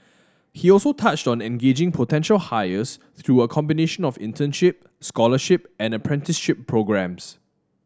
he also touched on engaging potential hires through a combination of internship scholarship and apprenticeship programmes